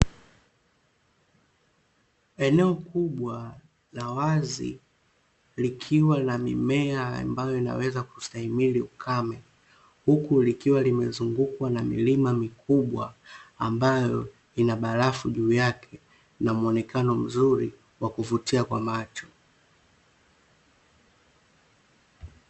Eneo kubwa la wazi likiwa lina mimea ambayo inaweza kustahimili ukame, huku likiwa limezungukwa na milima mikubwa ambayo ina barafu juu yake na muonekano mzuri wa kuvutia kwa macho.